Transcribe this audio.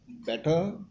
better